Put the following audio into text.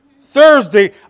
Thursday